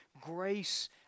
grace